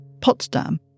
Potsdam